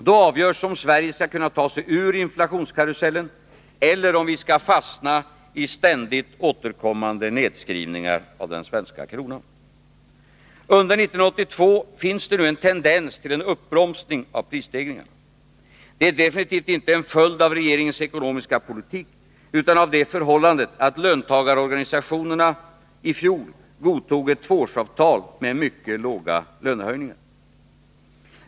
Då avgörs om Sverige skall kunna ta sig ur inflationskarusellen eller om vi skall fastna i ständigt återkommande nedskrivningar av den svenska kronan. Under 1982 finns det en tendens till en uppbromsning av prisstegringarna. Det är definitivt inte en följd av regeringens ekonomiska politik, utan av det förhållandet att löntagarorganisationerna i fjol godtog ett tvåårsavtal med mycket låga lönehöjningar.